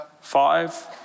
Five